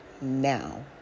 now